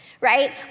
right